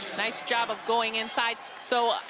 nice job of going inside. so,